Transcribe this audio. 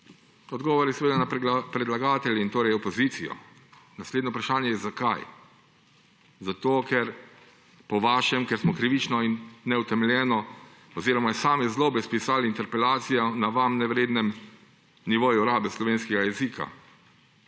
Odgovor je seveda – na predlagatelje in torej opozicijo. Naslednje vprašanje je, zakaj. Ker, po vašem, smo krivično in neutemeljeno oziroma iz same zlobe spisali interpelacijo na vam nevrednem nivoju rabe slovenskega jezika